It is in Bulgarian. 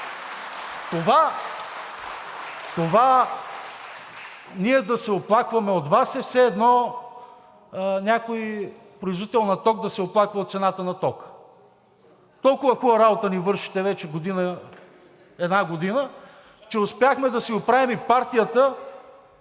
Това ние да се оплакваме от Вас, е все едно някой производител на ток да се оплаква от цената на тока. Толкова хубава работа ни вършите вече една година, че успяхме да си оправим партията